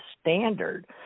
standard